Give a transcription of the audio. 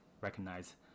recognize